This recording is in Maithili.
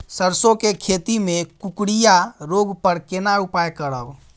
सरसो के खेती मे कुकुरिया रोग पर केना उपाय करब?